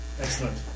Excellent